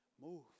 move